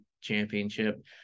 championship